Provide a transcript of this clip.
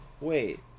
Wait